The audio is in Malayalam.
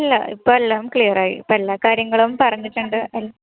ഇല്ല ഇപ്പം എല്ലാം ക്ലീയറായി ഇപ്പമെല്ലാം കാര്യങ്ങളും പറഞ്ഞിട്ടുണ്ട്